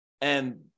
And-